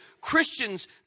Christians